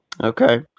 Okay